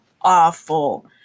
awful